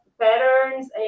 patterns